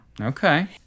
okay